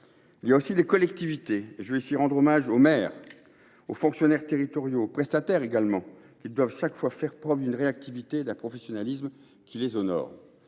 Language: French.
Il y a aussi des collectivités. Je veux ici rendre hommage aux maires, aux fonctionnaires territoriaux, aux prestataires, qui doivent chaque fois faire preuve d’une réactivité et d’un professionnalisme qui les honorent.